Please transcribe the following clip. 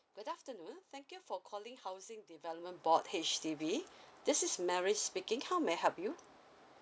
good afternoon thank you for calling housing development board H_D_B this is mary speaking how may I help you